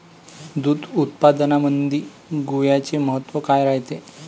दूध उत्पादनामंदी गुळाचे महत्व काय रायते?